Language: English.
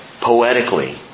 poetically